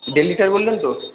দেড় লিটার বললেন তো